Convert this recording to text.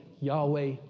Yahweh